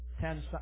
ten